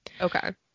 Okay